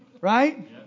Right